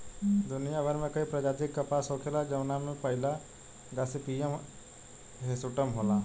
दुनियाभर में कई प्रजाति के कपास होखेला जवना में पहिला गॉसिपियम हिर्सुटम होला